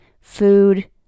food